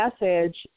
message